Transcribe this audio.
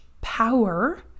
power